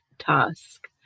task